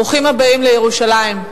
ברוכים הבאים לירושלים.